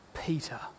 Peter